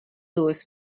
louis